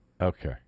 Okay